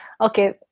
okay